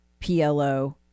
PLO